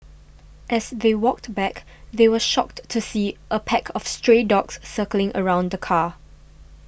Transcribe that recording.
as they walked back they were shocked to see a pack of stray dogs circling around the car